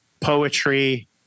poetry